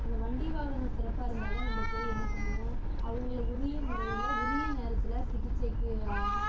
அந்த வண்டி வாகனம் சிறப்பாக இருந்தால் தான் நம்ம போய் என்ன பண்ணுவோம் அவங்களை உரிய முறையில் உரிய நேரத்தில் சிகிச்சைக்கு